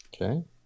Okay